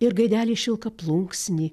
ir gaidelį šilkaplunksninį